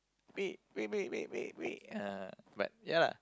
wait wait wait wait wait uh but ya lah